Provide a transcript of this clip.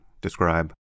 describe